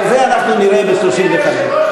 אבל את זה אנחנו נראה ב-31 במרס.